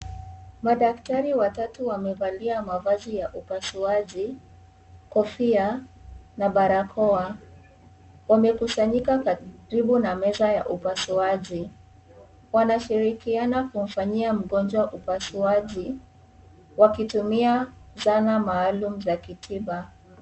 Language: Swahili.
Madaktari watatu wamevalia mavazi ya upasuaji, kofia na barakoa. Wamekusnyika karibu na meza ya upasuji, wanashirikiana kumfanyia mgonjwa upansuaji wakitumia zana maalum za kitiba.